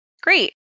Great